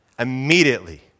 Immediately